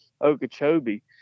okeechobee